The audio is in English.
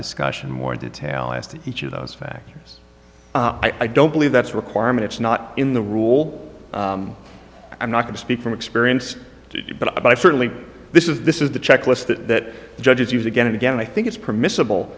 discussion more detail as to each of those factors i don't believe that's a requirement it's not in the rule i'm not going to speak from experience to you but i certainly this is this is the checklist that judges use again and again i think it's permissible